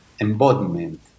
embodiment